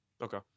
Okay